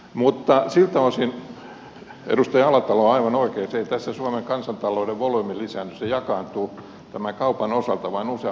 mutta siltä osin edustaja alatalo on aivan oikeassa että ei tässä suomen kansantalouden volyymi lisäänny se jakaantuu tämän kaupan osalta vain useammalle päivälle